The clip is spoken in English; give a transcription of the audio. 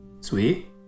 Sweet